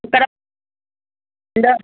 ഇത്ര എന്തോ